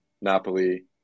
Napoli